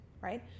right